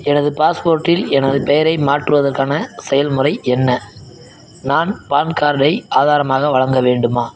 எனது பாஸ்போர்ட்டில் எனது பெயரை மாற்றுவதற்கான செயல்முறை என்ன நான் பான் கார்டை ஆதாரமாக வழங்க வேண்டுமா